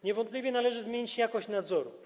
Niewątpliwie należy zmienić jakość nadzoru.